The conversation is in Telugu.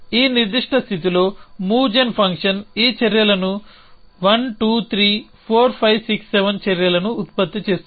ఈ నిర్దిష్ట స్థితిలో మూవ్ జెన్ ఫంక్షన్ ఈ చర్యలను 1 2 3 4 5 6 7 చర్యలను ఉత్పత్తి చేస్తుంది